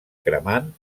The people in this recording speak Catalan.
cremant